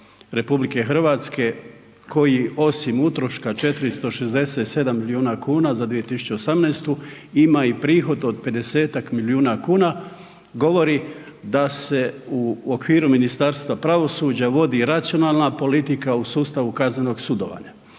sustava RH koji osim utroška 467 milijuna kuna za 2018. ima i prihod od 50-tak milijuna kuna, govori da se u okviru Ministarstva pravosuđa vodi racionalna politika u sustavu kaznenog sudovanja.